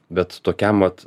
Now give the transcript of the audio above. bet tokiam vat